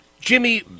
Jimmy